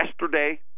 yesterday